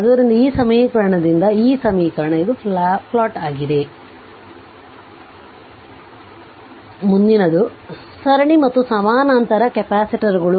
ಆದ್ದರಿಂದ ಈ ಸಮೀಕರಣದಿಂದ ಈ ಸಮೀಕರಣ ಇದು ಪ್ಲಾಟ್ ಆಗಿದೆ ಮುಂದಿನದು ಸರಣಿ ಮತ್ತು ಸಮಾನಾಂತರ ಕೆಪಾಸಿಟರ್ಗಳು